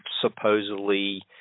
supposedly